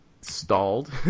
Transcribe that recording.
stalled